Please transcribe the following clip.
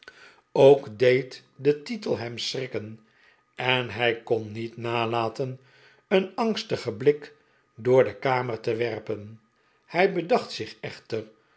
ook deed de titel hem schrikken en hij kon niet nalaten een angstigen blik door de kamer te werpen hij bedacht zich echter